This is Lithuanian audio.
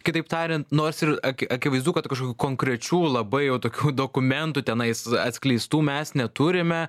kitaip tariant nors ir a akivaizdu kad kažkokių konkrečių labai jau tokių dokumentų tenais atskleistų mes neturime